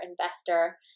investor